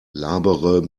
labere